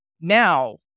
Now